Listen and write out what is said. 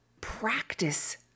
practice